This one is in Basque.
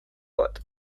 bat